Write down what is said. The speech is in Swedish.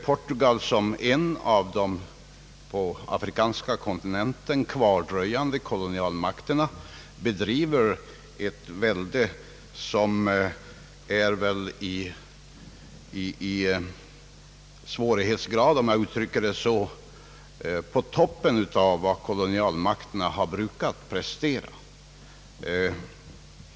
Portugal, som är en av de på den afrikanska kontinenten kvardröjande <kolonialmakterna, bedriver ett välde som väl i svårighetsgrad, om jag uttrycker det så, är på toppen av vad kolonialmakterna har brukat prestera.